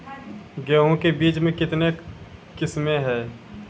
गेहूँ के बीज के कितने किसमें है?